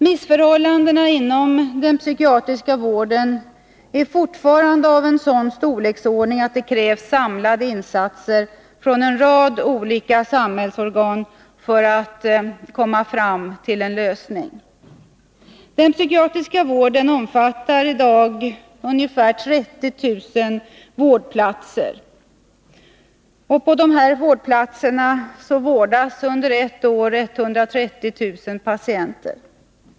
Missförhållandena inom den psykiatriska vården är fortfarande av en sådan storleksordning att det krävs samlade insatser från en rad olika samhällsorgan för att komma fram till en lösning. Den psykiatriska vården omfattar i dag ca 30 000 vårdplatser, och på dessa vårdplatser vårdas under ett år 130 000 patienter.